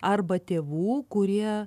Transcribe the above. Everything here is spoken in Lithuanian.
arba tėvų kurie